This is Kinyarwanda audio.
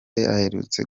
aherutse